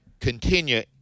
Continue